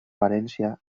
valència